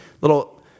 Little